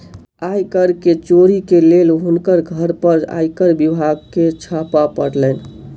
आय कर के चोरी के लेल हुनकर घर पर आयकर विभाग के छापा पड़लैन